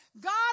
God